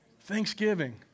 Thanksgiving